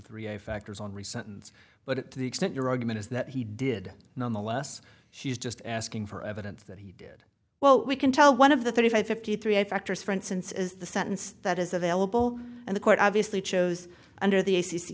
three factors on reasons but it to the extent your argument is that he did nonetheless she is just asking for evidence that he did well we can tell one of the thirty five fifty three factors for instance is the sentence that is available and the court obviously chose under the a